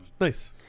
Nice